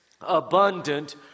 abundant